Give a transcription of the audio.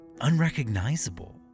unrecognizable